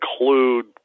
include